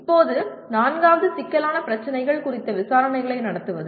இப்போது நான்காவது சிக்கலான பிரச்சினைகள் குறித்த விசாரணைகளை நடத்துவது